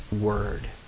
Word